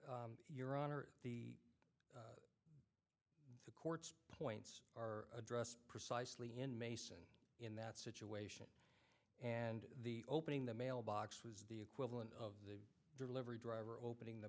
your honor the the court's points are addressed precisely in mason in that situation and the opening the mailbox was the equivalent of the delivery driver opening the